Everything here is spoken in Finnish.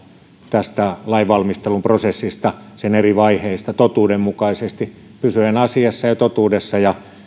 tästä lainvalmistelun prosessista sen eri vaiheista totuudenmukaisesti pysyen asiassa ja totuudessa ja